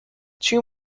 two